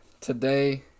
today